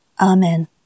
Amen